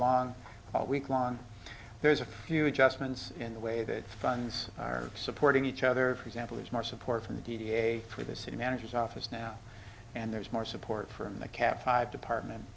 long all week long there's a few adjustments in the way that funds are supporting each other for example is more support from the d d a through the city manager's office now and there's more support from the cap five department